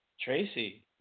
Tracy